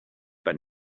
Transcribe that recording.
but